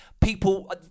people